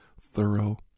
thorough